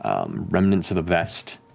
remnants of a vest.